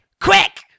quick